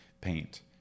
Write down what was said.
paint